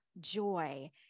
joy